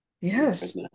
Yes